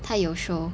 它有 show